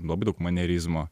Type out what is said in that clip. labai daug manierizmo